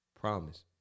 Promise